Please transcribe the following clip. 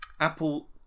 Apple